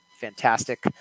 fantastic